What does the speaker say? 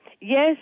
yes